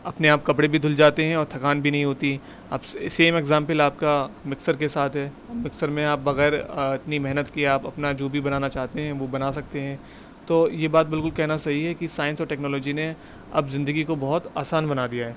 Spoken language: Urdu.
اپنے آپ کپڑے بھی دھل جاتے ہیں اور تھکان بھی نہیں ہوتی اب سیم ایگزامپل آپ کا مکسر کے ساتھ ہے مکسر میں آپ بغیر اتنی محنت کے آپ اپنا جو بھی بنانا چاہتے ہیں وہ بنا سکتے ہیں تو یہ بات بالکل کہنا صحیح ہے کہ سائنس اور ٹیکنالوجی نے اب زندگی کو بہت آسان بنا دیا ہے